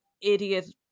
idiot